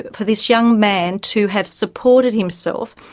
for this young man to have supported himself,